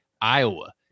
Iowa